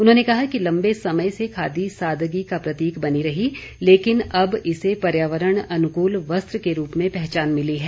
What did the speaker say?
उन्होंने कहा कि लम्बे समय से खादी सादगी का प्रतीक बनी रही लेकिन अब इसे पर्यावरण अनुकूल वस्त्र के रूप में पहचान मिली है